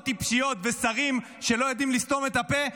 טיפשיות ושרים שלא יודעים לסתום את הפה,